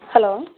hello